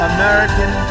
American